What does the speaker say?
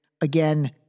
again